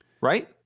right